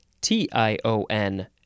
T-I-O-N